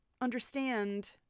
understand